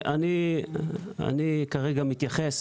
אני כרגע מתייחס